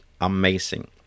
amazing